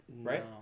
Right